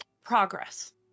progress